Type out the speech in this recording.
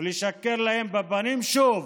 ולשקר להם בפנים שוב.